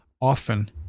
often